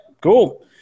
cool